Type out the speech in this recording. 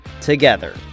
together